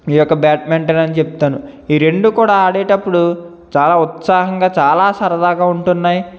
ఈ యొక్క బ్యాడ్మింటన్ అని చెప్తాను ఈ రెండు కూడా ఆడేటప్పుడు చాలా ఉత్సాహంగా చాలా సరదాగా ఉంటున్నాయి